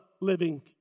living